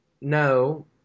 no